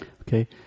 Okay